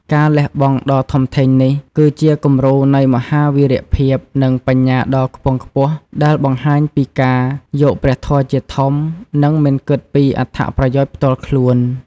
ការលះបង់ដ៏ធំធេងនេះ គឺជាគំរូនៃមហាវីរភាព និងបញ្ញាដ៏ខ្ពង់ខ្ពស់ ដែលបង្ហាញពីការយកព្រះធម៌ជាធំ និងមិនគិតពីអត្ថប្រយោជន៍ផ្ទាល់ខ្លួន។